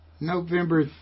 November